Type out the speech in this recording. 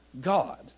God